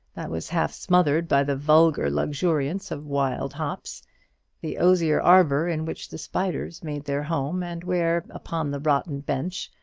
that was half-smothered by the vulgar luxuriance of wild hops the osier arbour in which the spiders made their home, and where, upon the rotten bench,